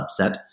subset